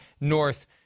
North